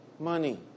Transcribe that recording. Money